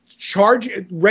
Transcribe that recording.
charge